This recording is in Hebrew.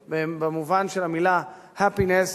במובן של המלה happiness ,